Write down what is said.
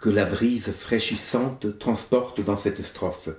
que la brise fraîchissante transporte dans cette strophe